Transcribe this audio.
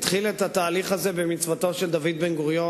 התחיל את התהליך הזה במצוותו של דוד בן-גוריון,